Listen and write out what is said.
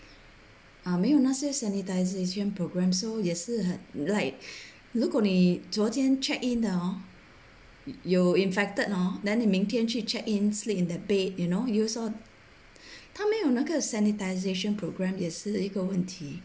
ah 没有那些 sanitisation program so 也是 like 如果你昨天 check in hor 有 infected hor then 你明天去 check in sleep in the bed you know use all 他没有那个 sanitisation programme 也是一个问题